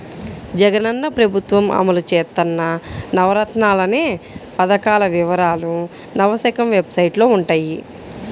జగనన్న ప్రభుత్వం అమలు చేత్తన్న నవరత్నాలనే పథకాల వివరాలు నవశకం వెబ్సైట్లో వుంటయ్యి